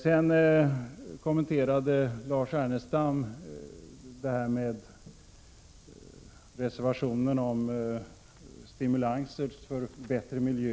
Även Lars Ernestam kommenterade reservationen om stimulanser för bättre miljö.